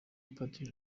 padiri